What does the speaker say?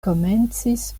komencis